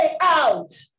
out